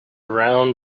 round